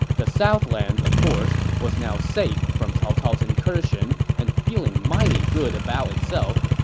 the southlands, of course, was now safe from cao cao's incursion and feeling mighty good about itself,